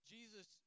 Jesus